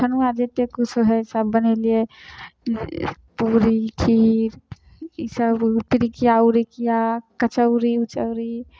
छनुआ जतेक किछु हइ सब बनेलिए पूड़ी खीर ईसब पिरिकिआ उरिकिआ कचौड़ी उचौड़ी